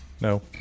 No